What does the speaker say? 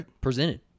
presented